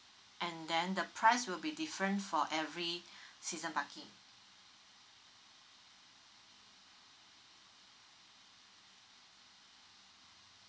and then the price will be different for every season parking